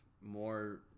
more